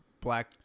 black